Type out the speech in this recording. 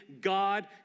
God